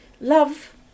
love